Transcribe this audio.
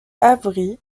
avery